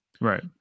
right